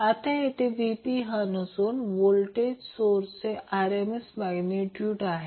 आता येथे Vp हा नसून सोर्स व्होल्टेजचे RMS मॅग्नेट्यूड आहे